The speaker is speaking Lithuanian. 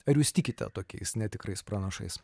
ar jūs tikite tokiais netikrais pranašais